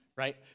Right